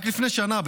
רק לפני שנה,